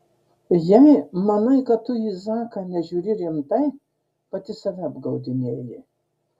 jei manai kad tu į zaką nežiūri rimtai pati save apgaudinėji